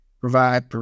provide